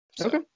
okay